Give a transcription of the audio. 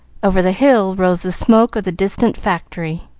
over the hill rose the smoke of the distant factory,